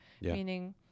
meaning